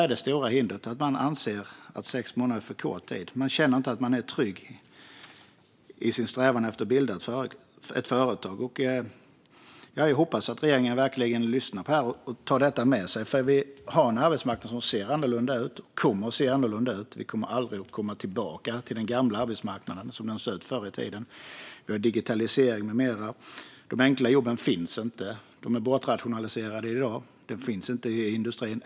Det stora hindret är att man anser att sex månader är för kort tid. Man känner sig inte trygg i sin strävan att bilda ett företag. Jag hoppas att regeringen verkligen lyssnar på det här och tar det med sig. Vi har en arbetsmarknad som ser annorlunda ut och som kommer att se annorlunda ut. Vi kommer aldrig att återgå till den gamla arbetsmarknaden, så som den såg ut förr i tiden, på grund av digitaliseringen med mera. De enkla jobben finns inte. De är bortrationaliserade i dag. Det finns inga sådana inom industrin.